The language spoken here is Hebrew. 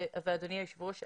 אדוני היושב ראש,